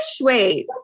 Wait